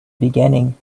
beginning